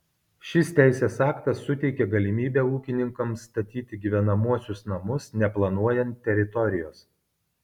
šis teisės aktas suteikia galimybę ūkininkams statyti gyvenamuosius namus neplanuojant teritorijos